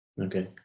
Okay